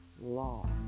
law